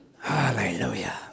Hallelujah